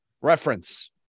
reference